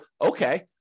okay